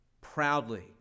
proudly